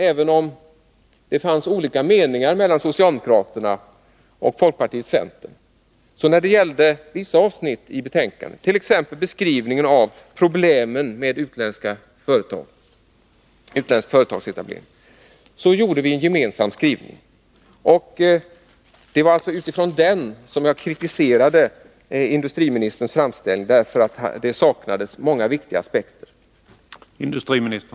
Även om det fanns olika meningar mellan socialdemokraterna resp. folkpartiet och centern, så förekom gemensamma skrivningar när det gällde vissa avsnitt i betänkandet. Ett sådant var beskrivningen av problemen med utländska företags etableringar. Det var utifrån den beskrivningen som jag kritiserade industriministerns framställning därför att det saknades många viktiga aspekter.